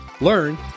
learn